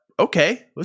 okay